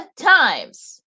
times